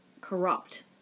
corrupt